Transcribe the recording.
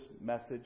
message